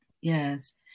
Yes